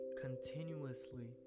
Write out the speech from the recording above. continuously